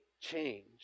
change